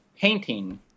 painting